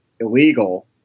illegal